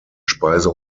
speise